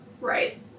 Right